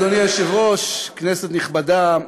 אדוני היושב-ראש, כנסת נכבדה,